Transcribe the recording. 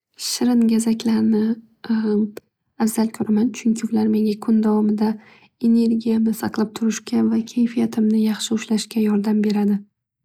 Shirin gazaklarni afzal ko'raman. Chunki ular menga kun davomida energiyamni saqlab turishga va kayfiyatimni yaxshi ushlashga yordam beradi.